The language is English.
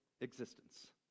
existence